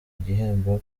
igihembo